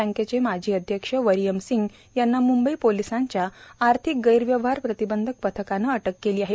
बँकेचे माजी अध्यक्ष वरियम सिंग यांना मुंबई पोलीसांच्या आर्थिक गैरव्यवहार प्रतिबंधक पथकानं अटक केली आहे